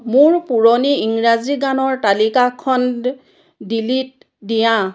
মোৰ পুৰণি ইংৰাজী গানৰ তালিকাখন ডিলিট দিয়া